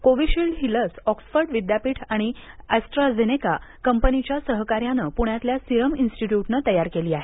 Covishield ही लस Oxford विद्यापीठ आणि अस्ट्राझेनेका कंपनीच्या सहकार्यानं पृण्यातल्या सीरम इन्स्टीट्यूटनं तयार केली आहे